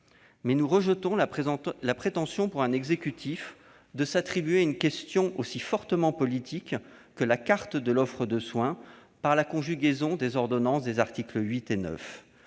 Mais nous rejetons la prétention d'un exécutif qui s'attribue une question aussi fortement politique que la carte de l'offre de soins par la conjugaison des ordonnances prévues aux articles 8 et 9.